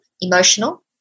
emotional